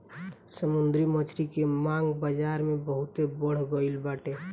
समुंदरी मछरी के मांग बाजारी में बहुते बढ़ गईल बाटे